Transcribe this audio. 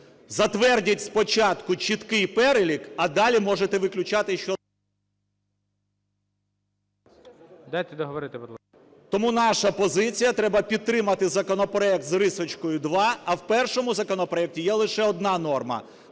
Затвердіть спочатку чіткий перелік, а далі можете виключати… ГОЛОВУЮЧИЙ. Дайте договорити, будь ласка. СОБОЛЄВ С.В. Тому наша позиція: треба підтримати законопроект з рисочкою 2. А в першому законопроекті є лише одна норма